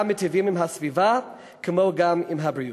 גם מיטיבים עם הסביבה, וגם עם הבריאות.